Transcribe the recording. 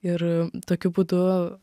ir tokiu būdu